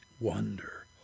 wonder